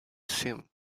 thin